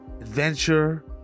adventure